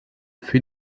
für